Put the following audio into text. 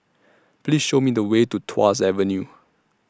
Please Show Me The Way to Tuas Avenue